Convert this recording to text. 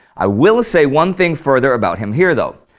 i will say one thing further about him here, though.